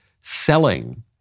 selling